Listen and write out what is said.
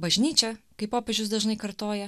bažnyčia kaip popiežius dažnai kartoja